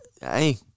Hey